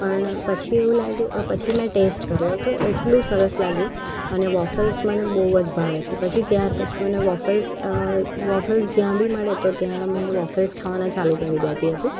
પણ પછી એવું લાગ્યું પછી મેં ટેસ્ટ કર્યો હતો એટલું સરસ લાગ્યું અને વોફેલ્સ મને બહુ જ ભાવે છે પછી ત્યાર પછી મને વોફેલ્સ વોફેલ્સ જ્યાં બી મળે તો ત્યાં મેં વોફેલ્સ ખાવાના ચાલુ કરી દેતી હતી